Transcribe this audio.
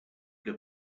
que